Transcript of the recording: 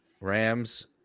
Rams